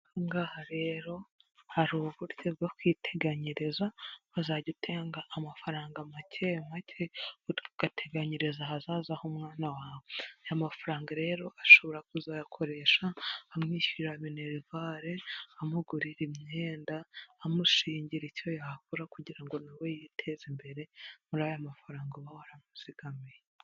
Ahangaha rero hari uburyo bwo kwiteganyiriza bazajya utanga amafaranga make make ugateganyiriza ahazaza h'umwana wawe. Aya mafaranga rero ashobora kuzayakoresha amwishyurira minerivare amugurira imyenda amushingira icyo yakora kugira ngo nawe yiteze imbere muri aya mafaranga aba wamuzigamiye.